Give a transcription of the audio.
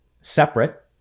separate